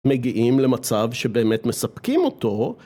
מגיעים למצב שבאמת מספקים אותו.